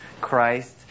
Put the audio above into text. Christ